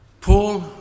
Paul